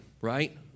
right